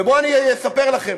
ובואו אני אספר לכם.